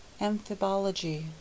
Amphibology